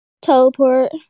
Teleport